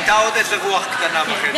הייתה עוד איזו רוח קטנה בחדר.